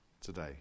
today